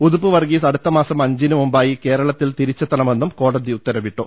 ഉതുപ്പ് വർഗീസ് അടുത്ത മാസം അഞ്ചിന് മുമ്പായി കേരളത്തിൽ തിരിച്ചെത്തണമെന്നും കോടതി ഉത്തരവിട്ടു